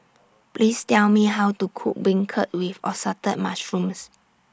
Please Tell Me How to Cook Beancurd with Assorted Mushrooms